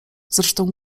zresztą